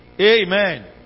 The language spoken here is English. Amen